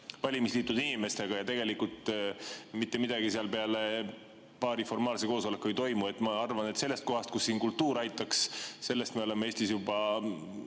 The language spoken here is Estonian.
valimisliitude inimestega, aga tegelikult mitte midagi seal peale paari formaalse koosoleku ei toimu, siis ma arvan, et sellest kohast ja punktist, kus kultuur aitaks, me oleme Eestis juba